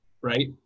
Right